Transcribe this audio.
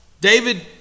David